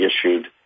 issued